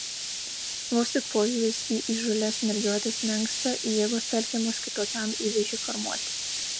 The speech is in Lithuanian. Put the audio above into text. vos tik požiūris į įžūlias mergiotes menksta jėgos telkiamos kitokiam įvaizdžiui formuoti